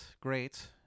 great